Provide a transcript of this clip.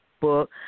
book